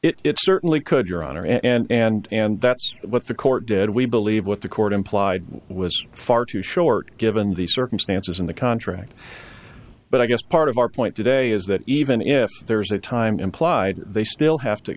period it certainly could your honor and and and that's what the court did we believe what the court implied was far too short given the circumstances in the contract but i guess part of our point today is that even if there is a time implied they still have to